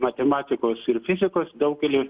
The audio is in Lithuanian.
matematikos ir fizikos daugelyje